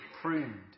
pruned